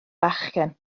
bachgen